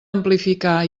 amplificar